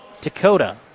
Dakota